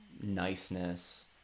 niceness